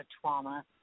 trauma